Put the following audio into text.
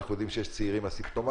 ואנחנו יודעים שיש צעירים אסימפטומטיים